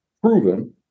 proven